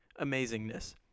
amazingness